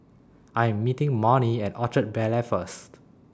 I Am meeting Marnie At Orchard Bel Air First